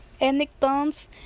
anecdotes